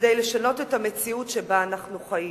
כדי לשנות את המציאות שבה אנחנו חיים